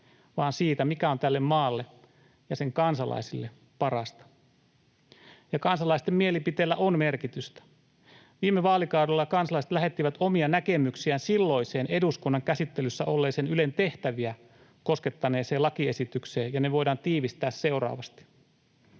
vaan siitä, mikä on tälle maalle ja sen kansalaisille parasta. Kansalaisten mielipiteellä on merkitystä. Viime vaalikaudella kansalaiset lähettivät omia näkemyksiään silloiseen eduskunnan käsittelyssä olleeseen Ylen tehtäviä koskettaneeseen lakiesitykseen, ja ne voidaan tiivistää seuraavasti: